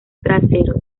trasero